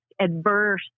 adverse